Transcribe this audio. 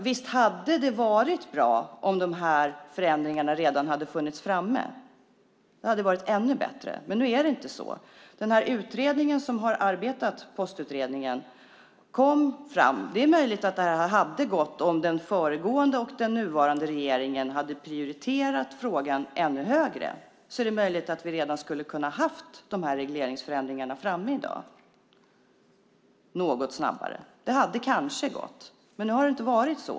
Visst hade det varit bra om de här förändringarna redan hade varit framme. Det hade varit ännu bättre, men nu är det inte så. Om den föregående och den nuvarande regeringen hade prioriterat frågan ännu högre är det möjligt att vi redan hade haft de här regleringsförändringarna framme i dag. Det hade kanske gått. Men nu har det inte varit så.